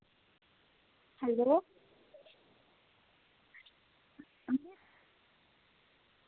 hello